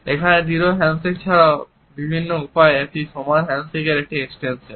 একটি দৃঢ় হ্যান্ডশেক এছাড়াও বিভিন্ন উপায়ে একটি সমান হ্যান্ডশেকের একটি এক্সটেনশন